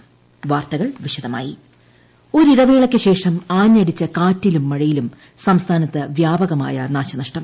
നാശനഷ്ടം ഒരിടവേളക്ക് ശേഷം ആഞ്ഞടിച്ച കാറ്റിലും മഴയിലും സംസ്ഥാനത്ത് വ്യാപകമായ നാശനഷ്ടം